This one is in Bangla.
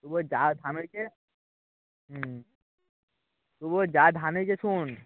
তবুও যা ধান হয়েছে হুম তবুও যা ধান হয়েছে শোন